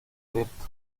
abierto